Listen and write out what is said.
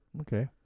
Okay